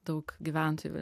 daug gyventojų